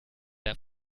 der